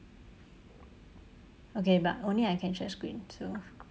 okay but only I can share screen so